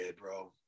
bro